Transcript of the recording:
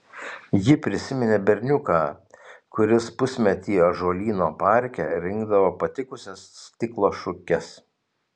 ji prisiminė berniuką kuris pusmetį ąžuolyno parke rinkdavo patikusias stiklo šukes